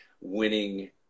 Winning